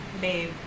babe